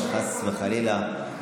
חס וחלילה,